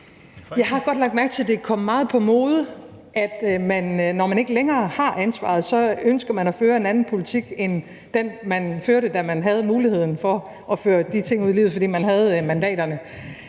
Jeg har godt lagt mærke til, at det er kommet meget på mode, at man, når man ikke længere har ansvaret, ønsker at føre en anden politik end den, man førte, da man havde muligheden for at føre de ting ud i livet, fordi man havde mandaterne.